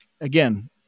again